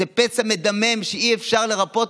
זה פצע מדמם שאי-אפשר לרפא.